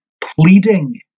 pleading